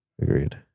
Agreed